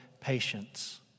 patience